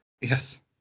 Yes